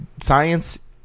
science